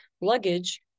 luggage